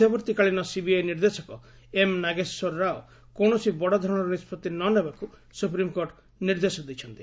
ମଧ୍ୟବର୍ତ୍ତୀକାଳୀନ ସିବିଆଇ ନିର୍ଦ୍ଦେଶକ ଏମ୍ ନାଗେଶ୍ୱର ରାଓ କୌଣସି ବଡ଼ ଧରଣର ନିଷ୍କଭି ନ ନେବାକୁ ସୁପ୍ରିମ୍କୋର୍ଟ ନିର୍ଦ୍ଦେଶ ଦେଇଛନ୍ତି